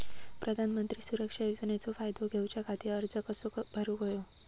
प्रधानमंत्री सुरक्षा योजनेचो फायदो घेऊच्या खाती अर्ज कसो भरुक होयो?